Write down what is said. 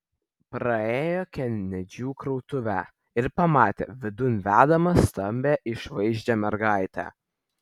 praėjo kenedžių krautuvę ir pamatė vidun vedamą stambią išvaizdžią mergaitę